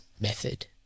method